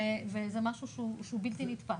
וזה משהו שהוא בלתי נתפס.